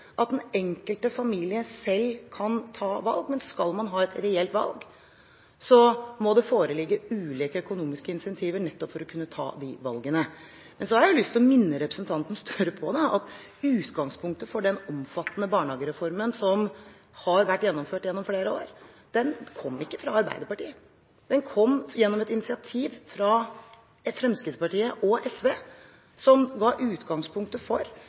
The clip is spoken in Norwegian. at den enkelte familie selv kan ta valg. Men skal ha man ha et reelt valg, må det foreligge ulike økonomiske incentiver nettopp for å kunne ta de valgene. Men så har jeg lyst til å minne representanten Støre på at utgangspunktet for den omfattende barnehagereformen som har vært gjennomført gjennom flere år, ikke kom fra Arbeiderpartiet. Den kom gjennom et initiativ fra Fremskrittspartiet og SV, som var utgangspunktet for